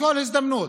בכל הזדמנות,